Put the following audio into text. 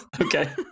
Okay